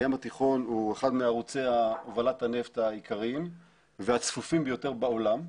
הים התיכון הוא אחד מערוצי הובלת הנפט העיקרים והצפופים ביותר בעולם,